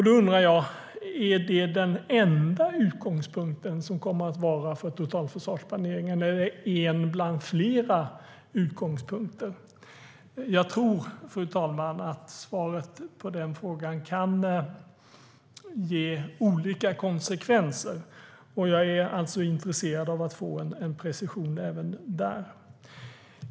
Då undrar jag: Kommer det att vara den enda utgångspunkten för totalförsvarsplaneringen, eller är det en bland flera utgångspunkter? Jag tror, fru talman, att svaret på den frågan kan ge olika konsekvenser. Jag är intresserad av att få en precision även där.